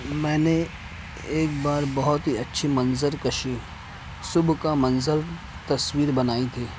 میں نے ایک بار بہت ہی اچھی منظرکشی صبح کا منظر تصویر بنائی تھی